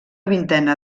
vintena